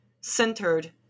centered